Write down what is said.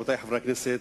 רבותי חברי הכנסת,